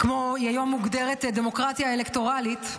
היום היא מוגדרת דמוקרטיה אלקטורלית.